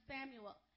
Samuel